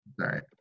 Right